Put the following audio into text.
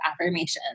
affirmations